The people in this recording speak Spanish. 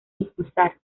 impulsar